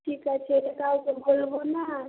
ঠিক আছে এটা কাউকে বলবো না